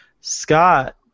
Scott